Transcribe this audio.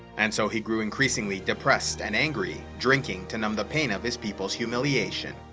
and so he grew increasingly depressed and angry, drinking to numb the pain of his people's humiliation.